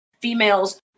females